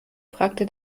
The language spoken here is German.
fragte